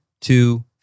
two